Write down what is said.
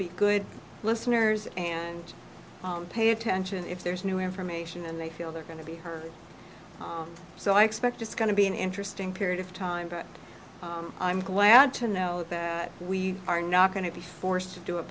be good listeners and pay attention if there's new information and they feel they're going to be heard so i expect it's going to be an interesting period of time but i'm glad to know that we are not going to be forced to do it